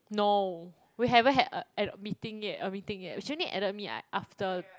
no we haven't had a had a meeting yet a meeting yet she only added me like after